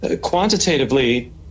Quantitatively